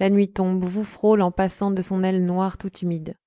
la nuit tombe vous frôle en passant de son aile noire tout humide